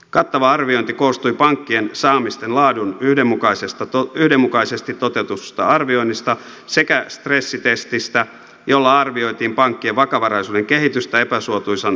kattava arviointi koostui pankkien saamisten laadun yhdenmukaisesti toteutetusta arvioinnista sekä stressitestistä jolla arvioitiin pankkien vakavaraisuuden kehitystä epäsuotuisan talouskehityksen oloissa